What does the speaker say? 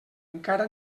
encara